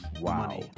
Wow